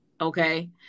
okay